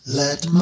let